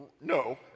no